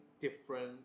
different